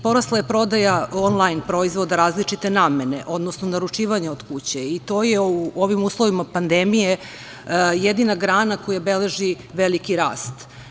Porasla je prodaja onlajn proizvoda različite namene, odnosno naručivanje od kuće i to je u ovim uslovima pandemije jedina grana koja beleži veliki rast.